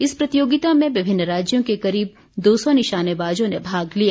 इस प्रतियोगिता में विभिन्न राज्यों के करीब दो सौ निशानेबाजों ने भाग लिया